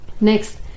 Next